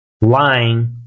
lying